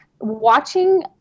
watching